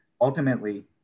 Ultimately